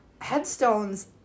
headstones